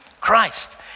Christ